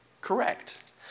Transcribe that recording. correct